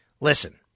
Listen